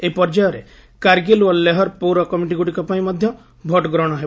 ଏହି ପର୍ଯ୍ୟାୟରେ କାରଗିଲ ଓ ଲେହର ପୌର କମିଟିଗୁଡିକ ପାଇଁ ମଧ୍ୟ ଭୋଟଗ୍ରହଣ ହେବ